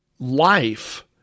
life